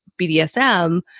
BDSM